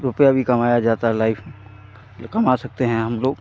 रुपया भी कमाया जाता लाइफ़ में या कमा सकते हैं हमलोग